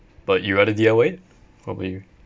but you rather D_I_Y it probably